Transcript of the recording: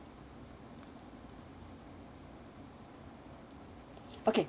okay